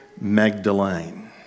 Magdalene